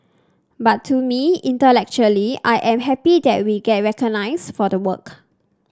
but to me intellectually I am happy that we get recognised for the work